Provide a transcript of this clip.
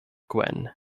gwen